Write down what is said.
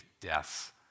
deaths